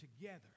together